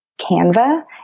Canva